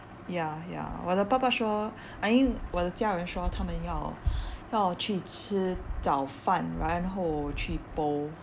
ya ya 我的爸爸说 I mean 我的家人说他们要要去吃早饭然后去 poll